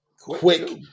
quick